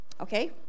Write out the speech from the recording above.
Okay